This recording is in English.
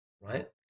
right